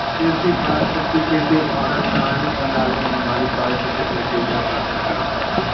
कृषि पारिस्थितिकी कृषि उत्पादन प्रणालियों पर लागू होने वाली पारिस्थितिक प्रक्रियाओं का अध्ययन करता है